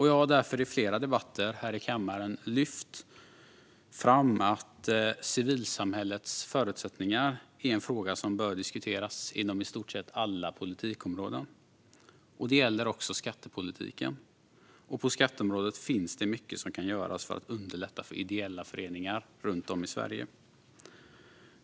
Jag har därför i flera debatter här i kammaren lyft fram att civilsamhällets förutsättningar är en fråga som bör diskuteras inom i stort sett alla politikområden. Det gäller också skattepolitiken, och på skatteområdet finns det mycket som kan göras för att underlätta för ideella föreningar runt om i Sverige.